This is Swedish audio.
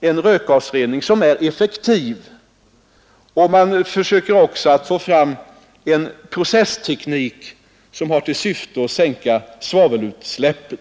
en rökgasrening som är effektiv, och man försöker även att få fram en processteknik som minskar svavelutsläppen.